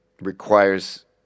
requires